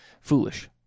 foolish